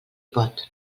pot